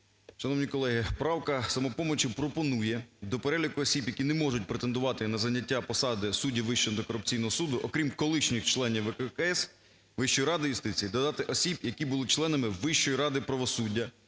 Шановні колеги, правка "Самопомочі" пропонує до переліку осіб, які не можуть претендувати на зайняття посади суддів Вищого антикорупційного суду, окрім колишніх членів ВККС, Вищої ради юстиції, додати "осіб, які були членами Вищої ради правосуддя",